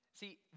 See